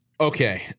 Okay